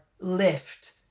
lift